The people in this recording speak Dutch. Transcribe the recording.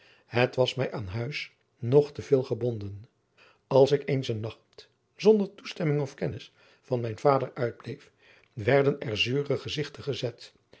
het was mij aan huis nog te veel gebonden als ik eens een nacht zonder toestemming of kennis van mijn vader uitbleef werden er zure gezigten gezet